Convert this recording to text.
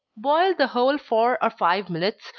boil the whole four or five minutes,